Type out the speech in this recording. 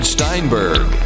Steinberg